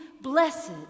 blessed